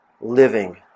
living